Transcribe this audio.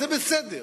זה בסדר,